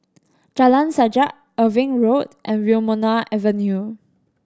Jalan Sajak Irving Road and Wilmonar Avenue